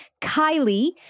Kylie